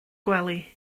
gwely